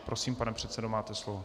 Prosím, pane předsedo, máte slovo.